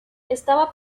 estaba